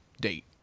date